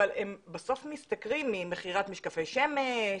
אבל הם בסוף משתכרים ממכירת משקפי שמש,